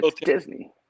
Disney